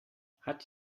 hat